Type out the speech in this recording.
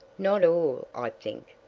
not all, i think,